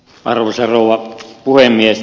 arvoisa rouva puhemies